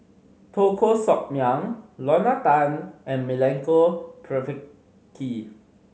Teo Koh Sock Miang Lorna Tan and Milenko Prvacki